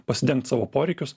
pasidengt savo poreikius